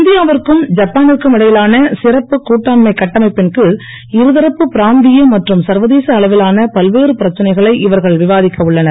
இந்தியாவிற்கும் ஜப்பானிற்கும் இடையிலான சிறப்பு கூட்டாண்மைக் கட்டமைப்பின் கீழ் இரு தரப்பு பிராந்திய மற்றும் சர்வதேச அளவிலான பல்வேறு பிரச்சனைகளை இவர்கள் விவாதிக்க உள்ளனர்